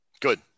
Good